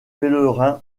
pellerin